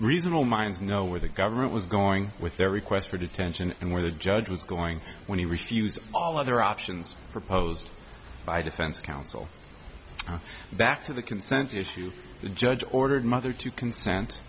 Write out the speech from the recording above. reasonable minds know where the government was going with their requests for detention and where the judge was going when he refused all other options proposed by defense counsel back to the consent issue the judge ordered mother to consent